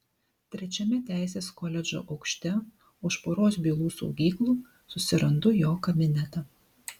trečiame teisės koledžo aukšte už poros bylų saugyklų susirandu jo kabinetą